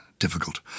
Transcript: difficult